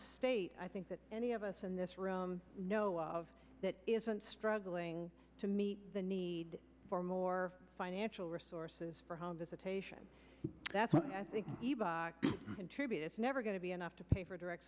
state i think that any of us in this room know of that isn't struggling to meet the need for more financial resources for home visitation that's what i think contribute is never going to be enough to pay for direct